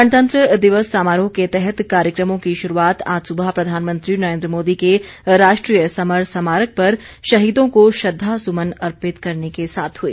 गणतंत्र दिवस समारोह के तहत कार्यक्रमों की शुरूआत आज सुबह प्रधानमंत्री नरेन्द्र मोदी के राष्ट्रीय समर स्मारक पर शहीदों को श्रद्वासुमन अर्पित करने के साथ हुई